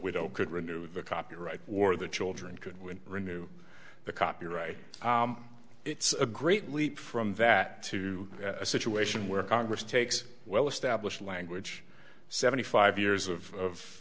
widow could renew the copyright or the children could win renew the copyright it's a great leap from that to a situation where congress takes well established language seventy five years of